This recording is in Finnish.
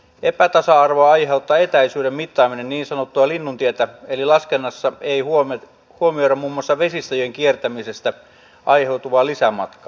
epätasa arvoa aiheuttaa etäisyyden mittaaminen niin sanottua linnuntietä eli laskennassa ei huomioida muun muassa vesistöjen kiertämisestä aiheutuvaa lisämatkaa